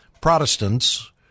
Protestants